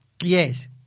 Yes